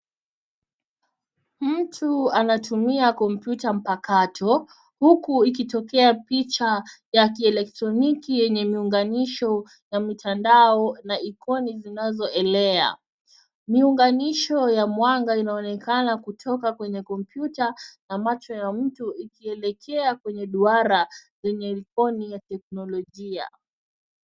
Mtu anatumia kompyuta mpakato huku ikitokea picha ya kielektroniki yenye miunganisho na mitandao na ikoni zinazoelea. Miunganisho ya mwanga inaonekana kutoka kwenye kompyuta na macho ya mtu ikielekea kwenye duara yenye ikoni ya teknolojia.